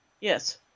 Yes